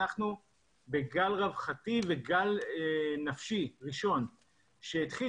אנחנו בגל רווחתי וגל נפשי ראשון שהתחיל